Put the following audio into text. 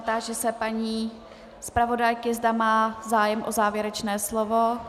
Táži se paní zpravodajky, zda má zájem o závěrečné slovo.